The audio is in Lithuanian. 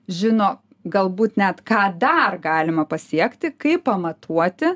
žino galbūt net ką dar galima pasiekti kaip pamatuoti